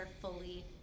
fully